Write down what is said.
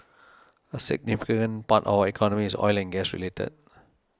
a significant part of our economy is oil and gas related